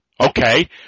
Okay